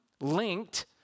linked